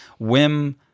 Wim